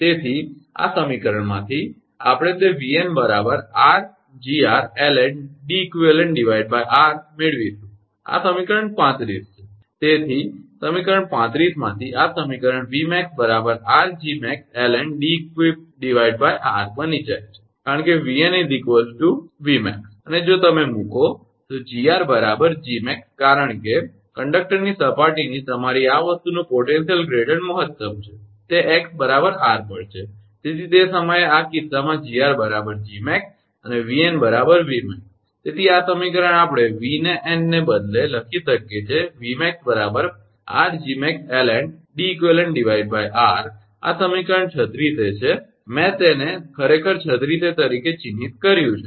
તેથી આ સમીકરણમાંથી આપણે તે 𝑉𝑛 𝑟𝐺𝑟ln𝐷𝑒𝑞𝑟 મેળવીશું કે આ સમીકરણ 35 છે તેથી કે સમીકરણ 35 માંથી ખરેખર આ સમીકરણ 𝑉𝑚𝑎𝑥 𝑟𝐺𝑚𝑎𝑥ln𝐷𝑒𝑞𝑟 બની જાય છે કારણ કે 𝑉𝑛 𝑉𝑚𝑎𝑥 અને જો તમે મૂકો 𝐺𝑟 𝐺𝑚𝑎𝑥 કારણ કે કંડક્ટરની સપાટીની તમારી આ વસ્તુનો પોટેન્શિયલ ગ્રેડીયંટ મહત્તમ છે તે 𝑥 𝑟 પર છે તેથી તે સમયે આ કિસ્સામાં 𝐺𝑟 𝐺𝑚𝑎𝑥 અને પછી 𝑉𝑛 𝑉𝑚𝑎𝑥 તેથી આ સમીકરણ આપણે 𝑉𝑛 ને બદલે લખી શકીએ છીએ 𝑉𝑚𝑎𝑥 𝑟𝐺𝑚𝑎𝑥ln𝐷𝑒𝑞𝑟 આ સમીકરણ 36a છે મેં તેને ખરેખર 36a તરીકે ચિહ્નિત કર્યું છે